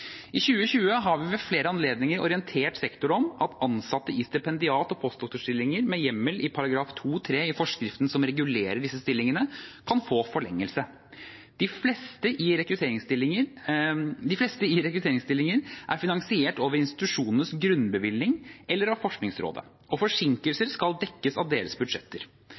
I 2020 har vi ved flere anledninger orientert sektoren om at ansatte i stipendiat- og postdoktorstillinger med hjemmel i § 2-3 i forskriften som regulerer disse stillingene, kan få forlengelser. De fleste i rekrutteringsstillinger er finansiert over institusjonenes grunnbevilgning eller av Forskningsrådet, og forsinkelser skal dekkes av deres budsjetter.